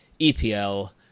epl